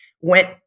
went